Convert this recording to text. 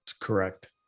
Correct